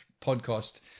podcast